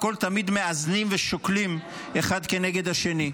הכול תמיד מאזנים ושוקלים אחד כנגד השני,